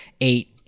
eight